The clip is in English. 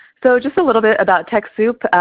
so just a little bit about techsoup,